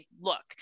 look